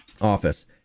office